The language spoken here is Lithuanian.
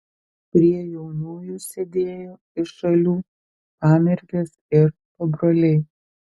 prie jaunųjų sėdėjo iš šalių pamergės ir pabroliai